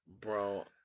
bro